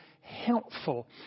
helpful